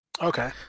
Okay